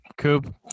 Coop